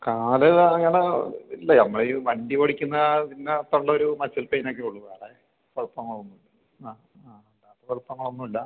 കാല് വേദന ഇല്ല നമ്മൾ ഈ വണ്ടി ഓടിക്കുന്ന അതിൻറകത്തുള്ളൊരു മസിൽ പെയിൻ ഒക്കെ ഉള്ളൂ വേറെ കുഴപ്പങ്ങളൊന്നും ഇല്ല ആ ആ അല്ലാത്ത കുഴപ്പങ്ങളൊന്നും ഇല്ല